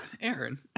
Aaron